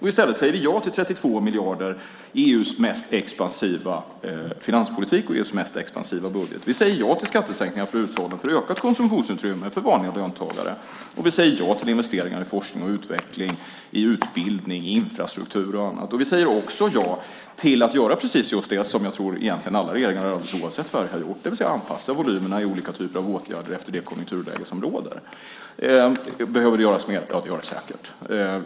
I stället säger vi ja till 32 miljarder, EU:s mest expansiva finanspolitik och EU:s mest expansiva budget. Vi säger ja till skattesänkningar för hushållen, för ökat konsumtionsutrymme för vanliga löntagare. Vi säger ja till investeringar i forskning och utveckling, utbildning, infrastruktur och annat. Vi säger också ja till att göra precis det som jag tror att egentligen alla regeringar, alldeles oavsett färg, har gjort, det vill säga att anpassa volymerna i olika typer av åtgärder efter det konjunkturläge som råder. Behöver det göras mer? Ja, det gör det säkert.